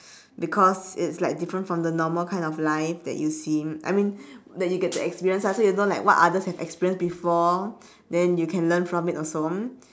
because it's like different from the normal kind of life that you seen I mean that you get to experience ah so you know like what others have experience before then you can learn from it also